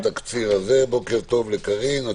בוקר טוב לקארין.